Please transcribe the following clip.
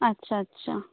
আচ্ছা আচ্ছা